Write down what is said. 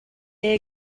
they